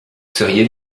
seriez